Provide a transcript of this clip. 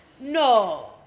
No